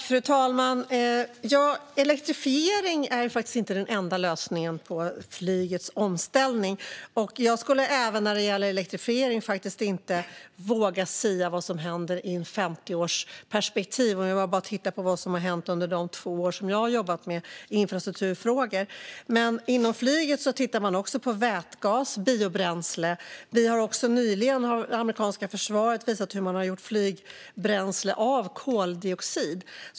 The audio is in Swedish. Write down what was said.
Fru talman! Elektrifiering är faktiskt inte den enda lösningen på flygets omställning. Jag skulle inte heller när det gäller elektrifiering våga sia vad som händer i ett 50-årsperspektiv. Vi kan bara titta på vad som har hänt under de två år som jag har jobbat med infrastrukturfrågor. Inom flyget tittar man också på vätgas och biobränsle. Det amerikanska försvaret har också nyligen visat hur man har gjort flygbränsle av koldioxid.